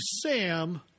Sam